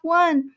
one